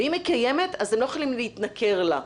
ואם היא קיימת, אז הם לא יכולים להתנכר לה.